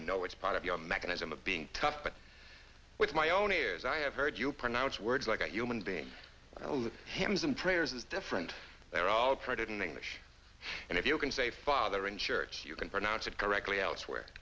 know it's part of your mechanism of being tough but with my own ears i have heard you pronounce words like a human being and all the hymns and prayers is different they're all printed in english and if you can say father in church you can pronounce it correctly elsewhere